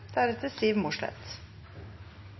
Representanten Siv Mossleth